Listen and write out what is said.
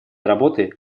работы